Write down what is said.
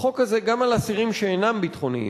החוק הזה גם על אסירים שאינם ביטחוניים.